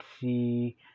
see